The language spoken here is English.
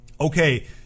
Okay